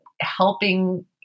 helping